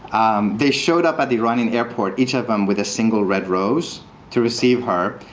they showed up at the iranian airport, each of them, with a single red rose to receive her.